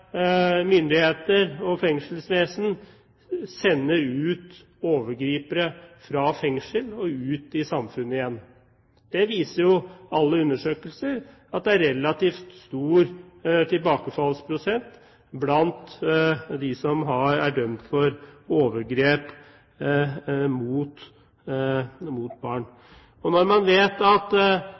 og fengselsvesen sender overgripere fra fengsel og ut i samfunnet igjen. Alle undersøkelser viser at det er relativt stor tilbakefallsprosent blant dem som er dømt for overgrep mot barn. I dag gjennomgår ingen tvunget behandling mens man